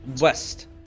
West